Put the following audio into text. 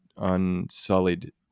unsullied